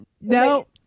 No